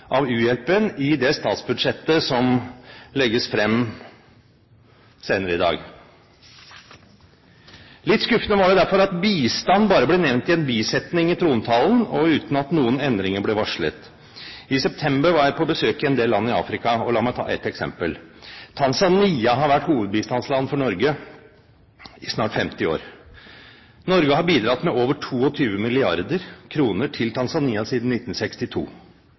av u-hjelpen i det statsbudsjettet som legges frem – senere i dag. Litt skuffende var det derfor at bistand bare ble nevnt i en bisetning i trontalen, og uten at noen endringer ble varslet. I september var jeg på besøk i en del land i Afrika, og la meg ta et eksempel. Tanzania har vært hovedbistandsland for Norge i snart 50 år. Norge har bidratt med over 22 mrd. kr til Tanzania siden 1962.